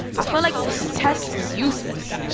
i felt like this test is useless.